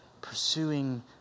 pursuing